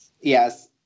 yes